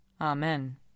Amen